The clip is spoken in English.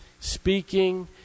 speaking